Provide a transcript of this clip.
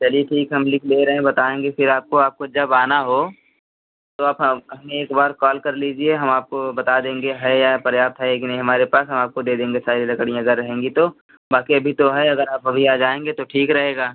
चलिए ठीक है हम लिख ले रहें बताएँगे फिर आपको आपको जब आना हो तो आप हमें एक बार कॉल कर लीजिए हम आपको बता देंगे है या पर्याप्त है कि नहीं हमारे पास हम आपको दे देंगे सारी लकड़ियाँ अगर रहेंगी तो बाकी अभी तो है अगर आप अभी आ जाएँगे तो ठीक रहेगा